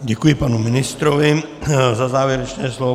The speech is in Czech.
Děkuji panu ministrovi za závěrečné slovo.